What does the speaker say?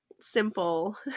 simple